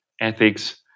ethics